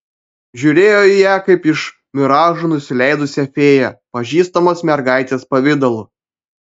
žiūrėjo į ją kaip iš miražų nusileidusią fėją pažįstamos mergaitės pavidalu